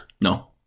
No